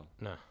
no